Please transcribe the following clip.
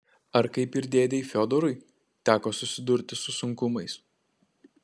ar kaip ir dėdei fiodorui teko susidurti su sunkumais